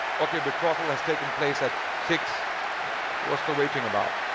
okay. betrothal has taken place at six what's the waiting about,